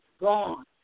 gone